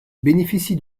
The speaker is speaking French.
bénéficie